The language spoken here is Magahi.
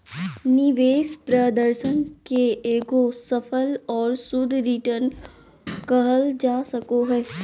निवेश प्रदर्शन के एगो सकल और शुद्ध रिटर्न कहल जा सको हय